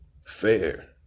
fair